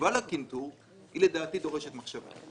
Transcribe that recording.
בתגובה לקנטור היא לדעתי דורשת מחשבה.